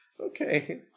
okay